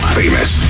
famous